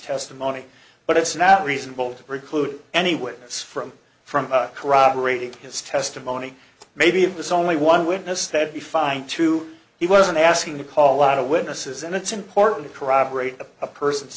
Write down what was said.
testimony but it's not reasonable to preclude any witness from from corroborating his testimony maybe of this only one witness said be fine too he wasn't asking to call a lot of witnesses and it's important to corroborate a person's